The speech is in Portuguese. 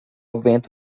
evento